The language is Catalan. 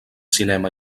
cinema